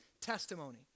testimony